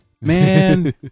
Man